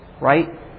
Right